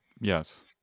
Yes